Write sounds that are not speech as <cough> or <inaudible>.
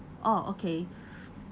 oh okay <breath>